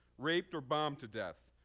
raped or bombed to death,